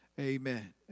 Amen